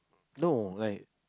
no like